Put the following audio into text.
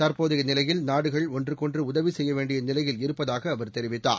தற்போதைய நிலையில் நாடுகள் ஒன்றுக்கொன்று உதவி செய்யவேண்டிய நிலையில் இருப்பதாக அவர் தெரிவித்தார்